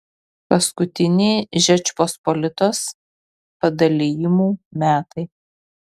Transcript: paskutiniai žečpospolitos padalijimų metai